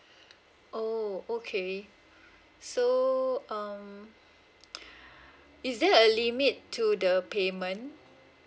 oh okay so um is there a limit to the payment